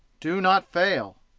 do not fail!